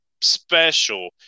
special